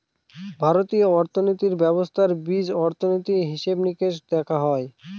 ভারতীয় অর্থনীতি ব্যবস্থার বীজ অর্থনীতি, হিসেব নিকেশ দেখা হয়